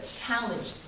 challenge